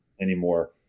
anymore